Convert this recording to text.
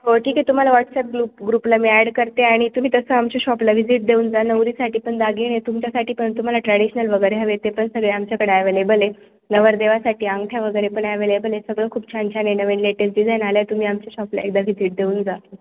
हो ठीक आहे तुम्हाला व्हाट्स अँप ग्लुप ग्रुपला मी ॲड करते आणि तुम्ही तस आमच्या शॉपला व्हिजिट देऊन जा नवरीसाठी पण दागिने तुमच्यासाठी पण तु्हाला ट्रॅडिशनल वगैरे हवे ते पण सगळे आमच्याकडे अवेलेबल आहे नवरदेवासाठी अंगठ्या वगरे पण अवेलेल आये सगळ खूप छान छान आये नवीन लेटस् डिजाईन आल्या तु्मी आमच्या शॉपला एकदा विजीट देऊन जा